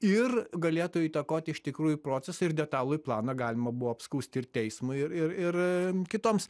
ir galėtų įtakot iš tikrųjų procesą ir detalųjį planą galima buvo apskųst ir teismui ir ir ir kitoms